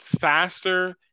faster